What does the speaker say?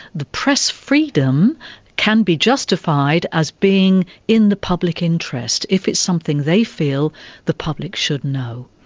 the press freedom can be justified as being in the public interest, if it's something they feel the public should know.